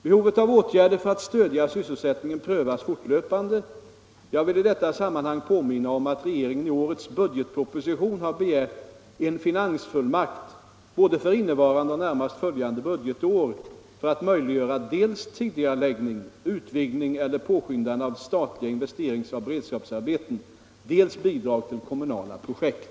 Behovet av åtgärder för att stödja sysselsättningen prövas fortlöpande. Jag vill i detta sammanhang påminna om att regeringen i årets budgetproposition har begärt en finansfullmakt för både innevarande och närmast följande budgetår för att möjliggöra dels tidigareläggning, utvidgning eller påskyndande av statliga investeringar och beredskapsarbeten, dels bidrag till kommunala projekt.